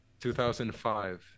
2005